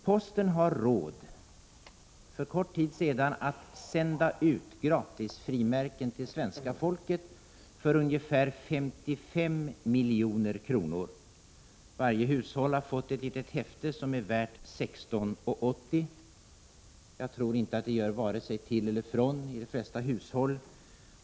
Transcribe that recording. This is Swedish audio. Posten har råd att, som man gjorde för kort tid sedan, sända ut gratisfrimärken till svenska folket för ungefär 55 milj.kr. Varje hushåll har fått ett litet häfte som är värt 16:80 kr. Jag tror inte att det gör vare sig till eller från i de flesta hushåll.